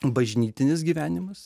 bažnytinis gyvenimas